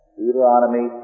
Deuteronomy